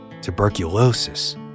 Tuberculosis